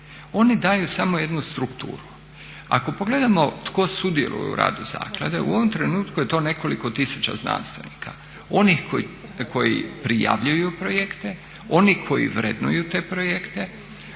oni daju samo jednu strukturu. Ako pogledamo tko sudjeluje u radu zaklade, u ovom trenutku je to nekoliko tisuća znanstvenika onih koji prijavljuju projekte, oni koji vrednuju te projekte